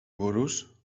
buruz